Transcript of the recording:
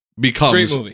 becomes